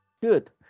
good